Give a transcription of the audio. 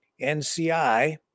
NCI